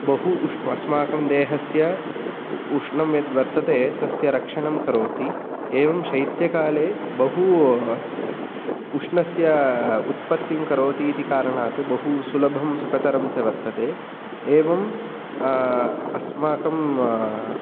बहु उष् अस्माकं देहस्य उष्णं यत् वर्तते तस्य रक्षणं करोति एवं शैत्यकाले बहु उष्णस्य उत्पत्तिं करोति इति कारणात् बहु सुलभं सुखतरं च वर्तते एवम् अस्माकम्